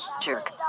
Jerk